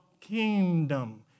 kingdom